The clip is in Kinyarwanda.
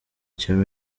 cya